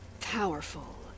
Powerful